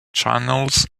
channels